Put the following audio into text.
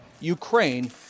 Ukraine